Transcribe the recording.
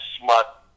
smut